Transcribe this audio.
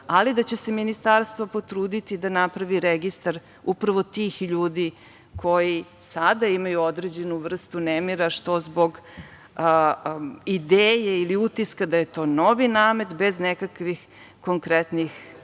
ali da će se Ministarstvo potruditi da napravi registar upravo tih ljudi koji sada imaju određenu vrstu nemira, što zbog ideje ili utiska da je to novi namet bez nekakvih konkretnih